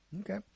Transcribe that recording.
Okay